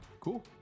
cool